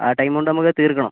ആ ടൈം കൊണ്ട് നമുക്കത് തീർക്കണം